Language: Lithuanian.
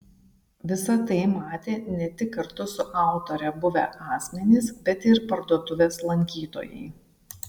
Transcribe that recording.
visa tai matė ne tik kartu su autore buvę asmenys bet ir parduotuvės lankytojai